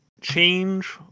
change